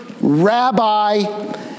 rabbi